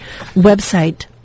website